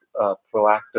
proactive